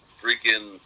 freaking